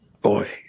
Boy